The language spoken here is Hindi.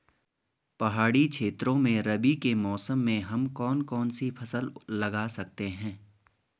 पहाड़ी क्षेत्रों में रबी के मौसम में हम कौन कौन सी फसल लगा सकते हैं?